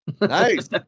Nice